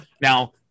now